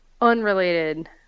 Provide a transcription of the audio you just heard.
unrelated